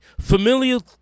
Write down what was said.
familial